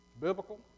biblical